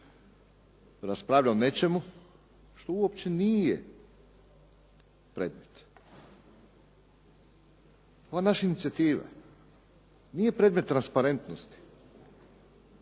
raspravlja o nečemu što uopće nije predmet. Ova naša inicijativa nije predmet transparentnosti,